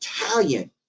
Italian